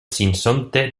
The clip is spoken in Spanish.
sinsonte